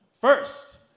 first